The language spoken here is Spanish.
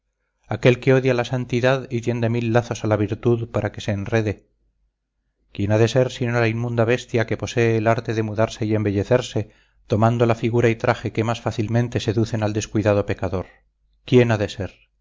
aquel que odia la santidad y tiende mil lazos a la virtud para que se enrede quién ha de ser sino la inmunda bestia que posee el arte de mudarse y embellecerse tomando la figura y traje que más fácilmente seducen al descuidado pecador quién ha de ser